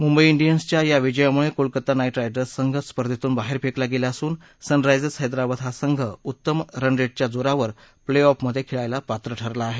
मुंबई डियन्सच्या या विजयामुळे कोलकाता नाईट रायडर्स संघ स्पर्धेतून बाहेर फेकला गेला असून सनरा क्रिस हस्त्राबाद हा संघ उत्तम रन रेट च्या जोरावर प्ले ऑफ मधे खेळायला पात्र ठरला आहे